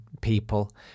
people